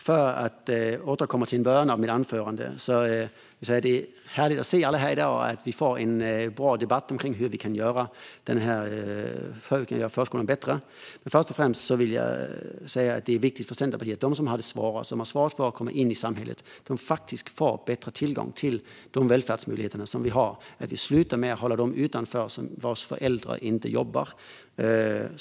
För att återknyta till början av mitt anförande är det härligt att se alla här i dag och att vi får en bra debatt om hur vi kan göra förskolan bättre. Det är viktigt för Centerpartiet att de som har det svårast att komma in i samhället får bättre tillgång till de välfärdsmöjligheter vi har och att vi slutar hålla dem vars föräldrar inte jobbar utanför.